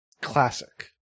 classic